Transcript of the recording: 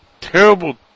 terrible